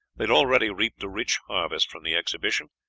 they had already reaped a rich harvest from the exhibition,